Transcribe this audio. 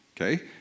Okay